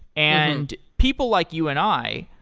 and people like you and i,